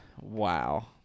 Wow